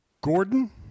Gordon